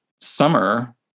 summer